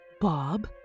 Bob